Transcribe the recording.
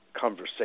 conversation